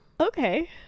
okay